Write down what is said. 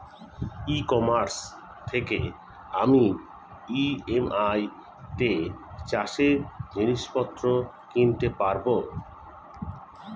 ই commerce থেকে আমি EMI তে চাষে জিনিসপত্র কিনতে পারব?